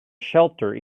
shelter